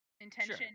intention